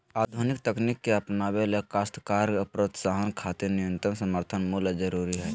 आधुनिक तकनीक के अपनावे ले काश्तकार प्रोत्साहन खातिर न्यूनतम समर्थन मूल्य जरूरी हई